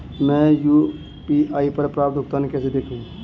मैं यू.पी.आई पर प्राप्त भुगतान को कैसे देखूं?